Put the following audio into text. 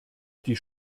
die